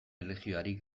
erlijioari